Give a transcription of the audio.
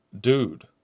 dude